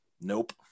nope